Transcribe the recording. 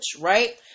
right